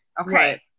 okay